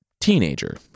teenager